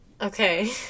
okay